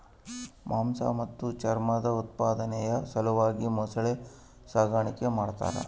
ಮಾಂಸ ಮತ್ತು ಚರ್ಮದ ಉತ್ಪಾದನೆಯ ಸಲುವಾಗಿ ಮೊಸಳೆ ಸಾಗಾಣಿಕೆ ಮಾಡ್ತಾರ